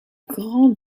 grands